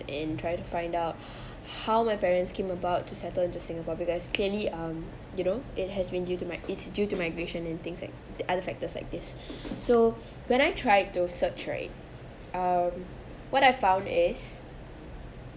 and try to find out how my parents came about to settle into singapore because clearly um you know it has been due to my age due to migration and things like the other factors like this so when I tried to search right um what I found is